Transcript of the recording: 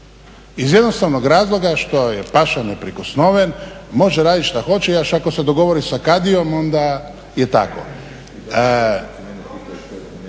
Iz jednostavnog razloga što je paša neprikosnoven, može raditi šta hoće. Još ako se dogovori sa kadijom onda je tako. Gledajte, ja vam